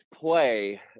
play